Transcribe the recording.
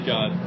God